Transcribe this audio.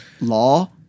Law